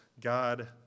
God